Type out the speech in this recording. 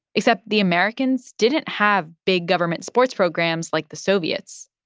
except the americans didn't have big government sports programs like the soviets.